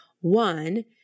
One